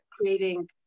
creating